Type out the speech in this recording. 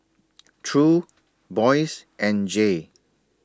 True Boyce and Jay